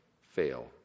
fail